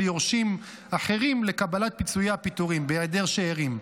יורשים אחרים לקבלת פיצויי הפיטורים בהיעדר שאירים,